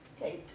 Okay